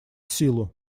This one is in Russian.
силу